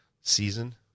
season